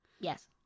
Yes